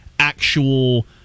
actual